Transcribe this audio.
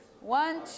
One